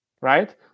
right